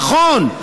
נכון.